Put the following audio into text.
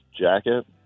jacket